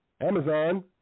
Amazon